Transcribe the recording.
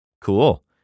Cool